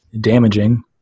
damaging